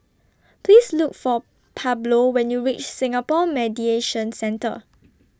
Please Look For Pablo when YOU REACH Singapore Mediation Centre